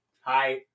Hi